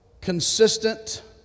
consistent